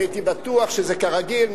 אני הייתי בטוח שזה כרגיל,